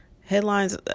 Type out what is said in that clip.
Headlines